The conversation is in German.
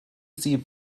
sie